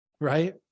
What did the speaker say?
Right